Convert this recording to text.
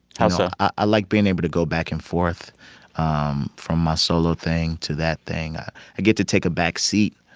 how so? i like being able to go back and forth um from my solo thing to that thing. i ah get to take a backseat.